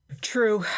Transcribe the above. True